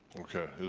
okay,